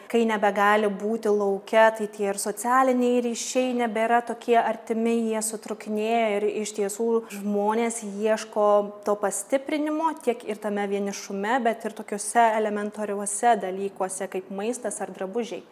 kai nebegali būti lauke tai tie ir socialiniai ryšiai nebėra tokie artimi jie sutrūkinėja ir iš tiesų žmonės ieško to pastiprinimo tiek ir tame vienišume bet ir tokiuose elementariuose dalykuose kaip maistas ar drabužiai